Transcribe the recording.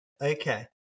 Okay